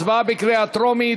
הצבעה בקריאה טרומית.